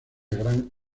gran